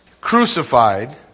crucified